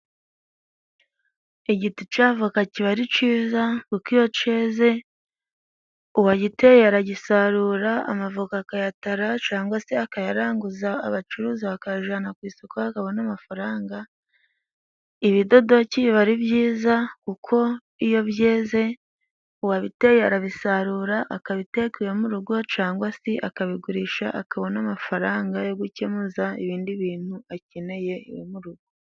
Igiti c'avoka kiba ari ciza kuko iyo ceze uwagiteye aragisarura. Amavoka akayatara cangwa se akayaranguza abacuruza, bakayajana ku isoko bakabona amafaranga. Ibidodoki biba ari byiza kuko iyo byeze uwabiteye arabisarura, akabiteka, iwe mu rugo cangwa se akabigurisha akabona n'amafaranga yo gukemuza ibindi bintu akeneye iwe mu rugo.